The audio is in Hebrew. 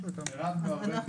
הרמנו הרבה דגלים.